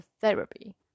therapy